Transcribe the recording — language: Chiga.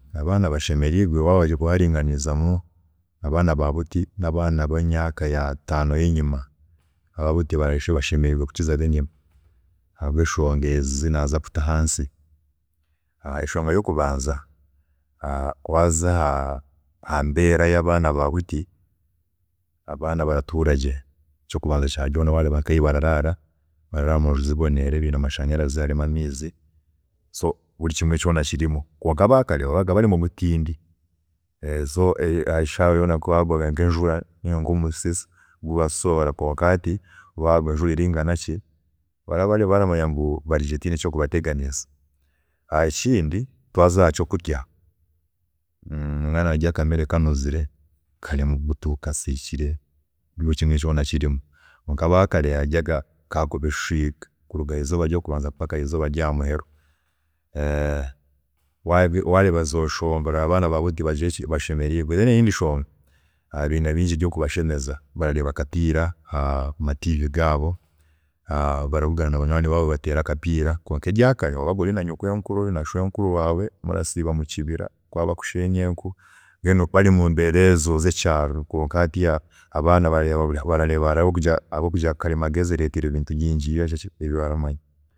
﻿Abaana bashemeriirwe aba buti wabaringanizamu nabaana aba buti nabaana abemyaaka yataano yenyima, aba buti bashemeriirwe kukiza abenyima, ahabweshonga ezinaza kutaha'nsi, eshonga yokubanza kya byoona wareeba nka ahu bararaara, bararaara munju ziboniire biine amashanyarazi, biine amaizi, so buri kimwe kyoona kirimu kwonka aba kare baabaga bari mubutindi so eshaaha yoona kuhahagwaga nkenjura omusozi gubasoora kwonka hati baraba banyami barigye baramanya ngu tihiine ekirabateganiisa. Ekindi twaaza ahakyokurya, omwaana ararya akamere kasiikire, karimu buto kanuzire buri kimwe kyoona kirimu kwonka aba kare bakaba baryaga eshwiiga kwiiha hakiro kyokubanza kuhisa ahakyahamuheru, wareeba ezo shonga orareeba abaana kubashemeriirwe, then eyindi nshonga abaana beine ebirabashemeza nka Tv zaabo barareeba akapiira barabugana banywaani baabo bateere akapiira, kwonka ebya kare bakaba babaga bari naba shwenkuru baabo, ba nyokwenkuru baabo bari kuhinga, kushenya enku mbwenu bari mumbeera zekyaaro kwonka hati habwokuba karimagezi ereetire ebintu bingi tibaramanya ebyekyaaro.